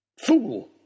Fool